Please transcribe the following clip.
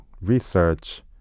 research